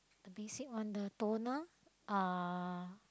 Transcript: basic one the toner uh